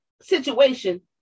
situation